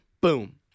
Boom